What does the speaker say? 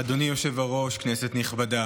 אדוני היושב-ראש, כנסת נכבדה,